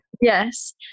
Yes